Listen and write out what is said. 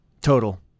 Total